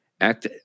Act